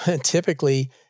typically